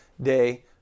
day